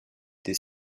des